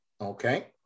Okay